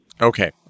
Okay